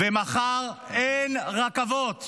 ומחר אין רכבות